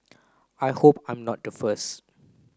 I hope I'm not the first